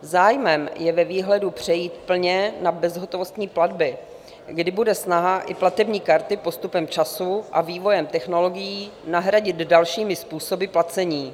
Zájmem je ve výhledu přejít plně na bezhotovostní platby, kdy bude snaha i platební karty postupem času a vývojem technologií nahradit dalšími způsoby placení.